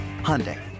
Hyundai